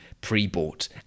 pre-bought